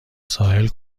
ساحل